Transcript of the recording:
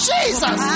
Jesus